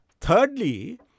Thirdly